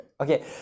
okay